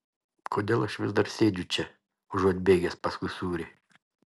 kodėl aš vis dar sėdžiu čia užuot bėgęs paskui sūrį